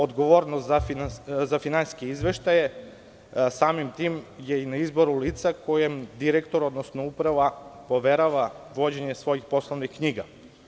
Odgovornost za finansijske izveštaje samim tim je na izboru lica kojem direktor, odnosno uprava poverava vođenje svojih poslovnih knjiga.